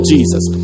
Jesus